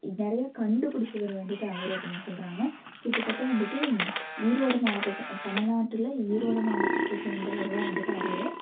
நிறையா கண்டுபிடிச்சவரு வந்துட்டு அவர் அப்படின்னு சொல்கிறாங்க கிட்டத்தட்ட வந்துட்டு ஈரோடு மாவட்டத்தை தமிழ்நாட்டில் ஈரோடு மாவட்டத்தை சேர்ந்தவருதான் வந்துட்டு அவர்